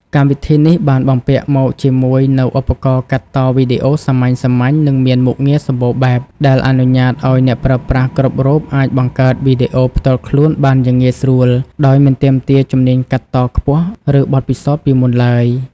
កម្មវិធីនេះបានបំពាក់មកជាមួយនូវឧបករណ៍កាត់តវីដេអូសាមញ្ញៗ និងមានមុខងារសម្បូរបែប ដែលអនុញ្ញាតឱ្យអ្នកប្រើប្រាស់គ្រប់រូបអាចបង្កើតវីដេអូផ្ទាល់ខ្លួនបានយ៉ាងងាយស្រួល ដោយមិនទាមទារជំនាញកាត់តខ្ពស់ ឬបទពិសោធន៍ពីមុនឡើយ។